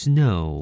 Snow